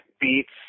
beats